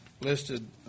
listed